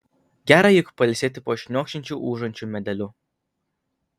gera juk pailsėti po šniokščiančiu ūžiančiu medeliu